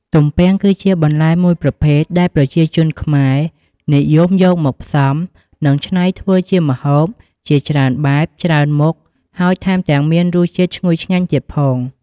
ទំពាំង គឺជាបន្លែមួយប្រភេទ ដែលប្រជាជនខ្មែរនិយមយកមកផ្សំ និងច្នៃធ្វើជាម្ហូបជាច្រើនបែប ច្រើនមុខ ហើយថែមទាំងមានរសជាតិឈ្ងុយឆ្ងាញ់ទៀតផង។